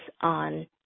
on